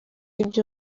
ibyo